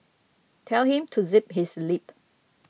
tell him to zip his lip